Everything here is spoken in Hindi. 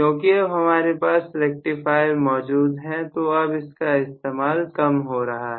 क्योंकि अब हमारे पास रेक्टिफायर मौजूद है तो अब इसका इस्तेमाल कम हो रहा है